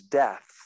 death